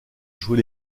jouer